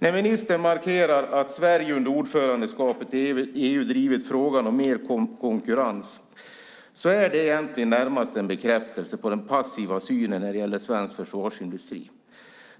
När ministern markerar att Sverige under ordförandeskapet i EU har drivit frågan om mer konkurrens är det egentligen närmast en bekräftelse på den passiva synen på svensk försvarsindustri.